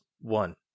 One